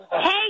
Hey